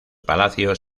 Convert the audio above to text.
palacios